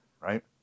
right